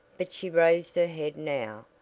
but she raised her head now,